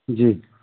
जी